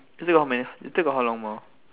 you still got how many you still got how long more